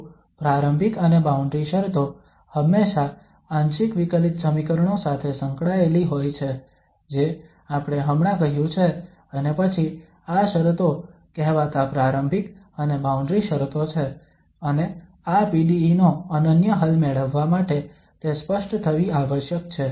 તો પ્રારંભિક અને બાઉન્ડ્રી શરતો હંમેશાં આંશિક વિકલિત સમીકરણો સાથે સંકળાયેલી હોય છે જે આપણે હમણાં કહ્યું છે અને પછી આ શરતો કહેવાતા પ્રારંભિક અને બાઉન્ડ્રી શરતો છે અને આ PDE નો અનન્ય હલ મેળવવા માટે તે સ્પષ્ટ થવી આવશ્યક છે